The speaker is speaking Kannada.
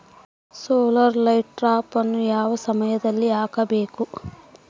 ಸೋಲಾರ್ ಲೈಟ್ ಟ್ರಾಪನ್ನು ಯಾವ ಸಮಯದಲ್ಲಿ ಹಾಕಬೇಕು?